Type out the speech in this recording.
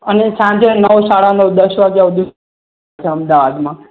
અને સાંજે નવ સાડા નવ દસ વાગ્યા સુધી અમદાવાદમાં